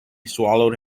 swallowed